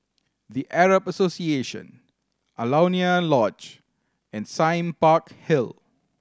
The Arab Association Alaunia Lodge and Sime Park Hill